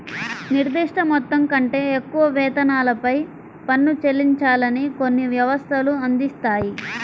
నిర్దిష్ట మొత్తం కంటే ఎక్కువ వేతనాలపై పన్ను చెల్లించాలని కొన్ని వ్యవస్థలు అందిస్తాయి